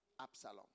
Absalom